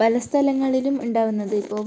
പലസ്ഥലങ്ങളിലും ഉണ്ടാവുന്നത് ഇപ്പോൾ